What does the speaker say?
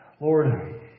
Lord